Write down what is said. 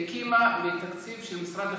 שהוקמה מתקציב של משרד החינוך.